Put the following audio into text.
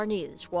News